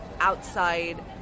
outside